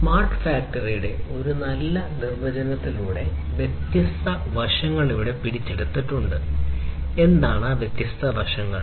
smart ഫാക്ടറിയുടെ ഈ നല്ല നിർവചനത്തിലൂടെ വ്യത്യസ്ത വശങ്ങൾ ഇവിടെ പിടിച്ചെടുത്തിട്ടുണ്ട് എന്താണ് ഈ വ്യത്യസ്ത വശങ്ങൾ